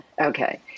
okay